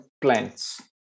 plants